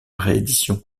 réédition